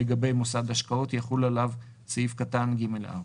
לגבי מוסד ההשקעות, יחול עליו סעיף קטן (ג)(4).